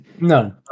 No